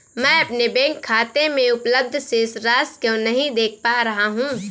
मैं अपने बैंक खाते में उपलब्ध शेष राशि क्यो नहीं देख पा रहा हूँ?